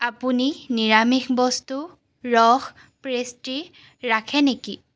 আপুনি নিৰামিষ বস্তু ৰস পেষ্ট্ৰি ৰাখে নেকি